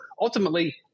ultimately